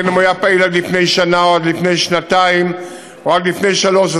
בין שהיה פעיל עד לפני שנה או עד לפני שנתיים או עד לפני שלוש שנים,